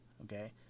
okay